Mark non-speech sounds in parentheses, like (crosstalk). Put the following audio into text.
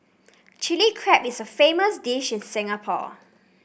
(noise) Chilli Crab is a famous dish in Singapore